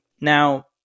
now